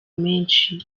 menshi